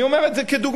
אני אומר את זה כדוגמה,